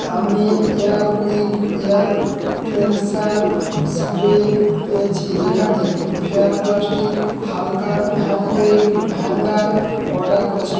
আমি Air Wick air freshener spray পেয়েছি যেখানে ফেয়ার প্লাস্টিক হাল্কা হ্যাংওয়েল হ্যাঙ্গার অর্ডার করেছিলাম